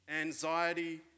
anxiety